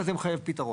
וזה מחייב פתרון.